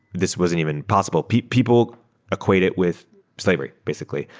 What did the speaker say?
this wasn't even possible. people people equate it with slavery, basically,